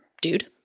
dude